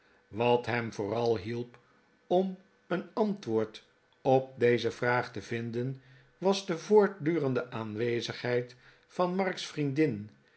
wat hem vooral hielp om een antwoord op deze vraag te vinden was de voortdurende aanwezigheid van mark's vriendin